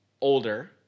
older